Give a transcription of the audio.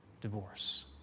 divorce